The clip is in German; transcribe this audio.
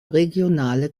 regionale